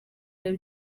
ari